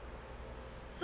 so